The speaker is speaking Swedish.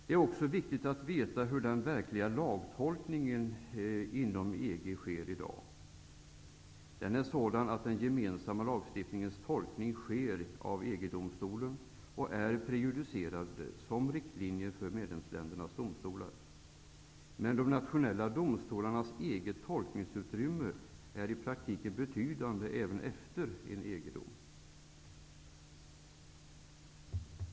Det är också viktigt att veta hur den verkliga lagtolkningen inom EG i dag sker. Den är sådan att den gemensamma lagstiftningens tolkning sker av EG-domstolen och är prejudicerande som riktlinjer för medlemsländernas domstolar. Men de nationella domstolarnas eget tolkningsutrymme är i praktiken betydande även efter en EG-dom.